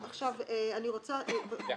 על